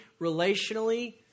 relationally